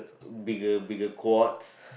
bigger bigger quads